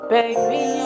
Baby